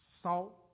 Salt